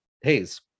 Hayes